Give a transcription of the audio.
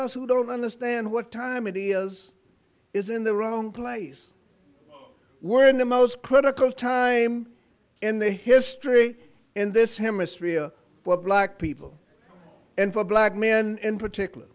us who don't understand what time it is is in the wrong place we're in the most critical time in the history in this hemisphere but black people and for black men in particular